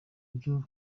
byo